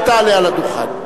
אל תעלה על הדוכן,